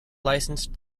licensed